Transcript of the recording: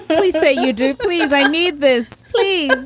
please say you do. please, i need this. please,